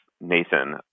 Nathan